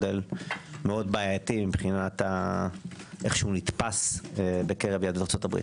בעייתי מבחינת איך שנתפס בקרב יהדות ארצות הברית.